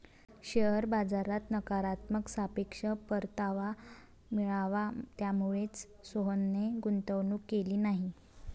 share बाजारात नकारात्मक सापेक्ष परतावा मिळाला, त्यामुळेच सोहनने गुंतवणूक केली नाही